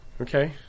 Okay